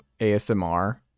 ASMR